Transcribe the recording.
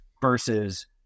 versus